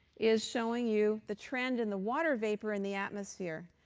is showing you the trend in the water vapor in the atmosphere.